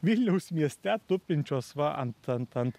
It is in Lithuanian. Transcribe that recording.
vilniaus mieste tupinčios va ant ant ant